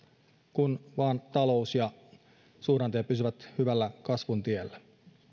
kun vain talous ja suhdanteet pysyvät hyvällä kasvun tiellä